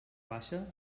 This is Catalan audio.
baixa